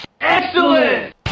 Excellent